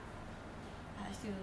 I still don't know I don't know what to do